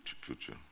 future